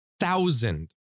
thousand